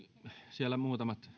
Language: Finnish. siellä muutamat